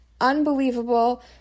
unbelievable